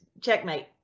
Checkmate